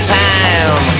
time